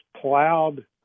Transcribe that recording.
plowed